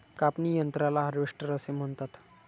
कापणी यंत्राला हार्वेस्टर असे म्हणतात